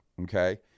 okay